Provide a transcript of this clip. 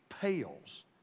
pales